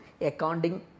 Accounting